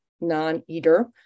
non-eater